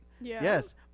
Yes